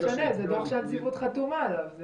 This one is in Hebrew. זה לא משנה, זה דוח שהנציבות חתומה עליו.